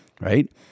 right